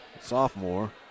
Sophomore